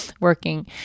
working